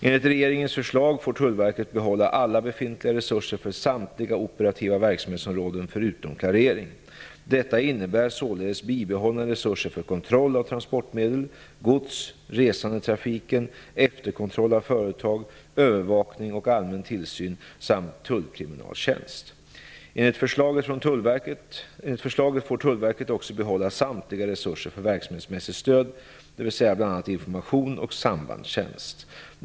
Enligt regeringens förslag får Tullverket behålla alla befintliga resurser för samtliga operativa verksamhetsområden förutom klarering. Detta innebär således bibehållna resurser för kontroll av transportmedel, gods, resandetrafiken, efterkontroll av företag, övervakning och allmän tillsyn samt tullkriminaltjänst. Enligt förslaget får Tullverket också behålla samtliga resurser för verksamhetsmässigt stöd, dvs. bl.a. information och sambandstjänst.